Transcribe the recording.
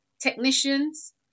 technicians